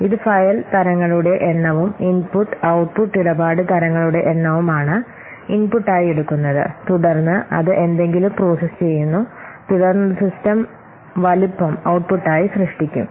ഇത് ഫയൽ തരങ്ങളുടെ എണ്ണവും ഇൻപുട്ട് ഔട്ട്പുട്ട് ഇടപാട് തരങ്ങളുടെ എണ്ണവുമാണ് ഇൻപുട്ട് ആയി എടുക്കുന്നത് തുടർന്ന് അത് എന്തെങ്കിലും പ്രോസസ്സ് ചെയ്യുന്നു തുടർന്ന് അത് സിസ്റ്റം വലുപ്പം ഔട്ട്പുട്ടായി സൃഷ്ടിക്കും